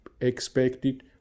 expected